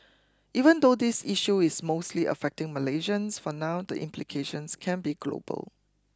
even though this issue is mostly affecting Malaysians for now the implications can be global